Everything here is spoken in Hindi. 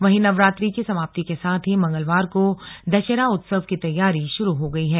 वहीं नवरात्रि की समाप्ती के साथ ही मंगलवार को दशहरा उत्सव की तैयारी शुरू हो गई है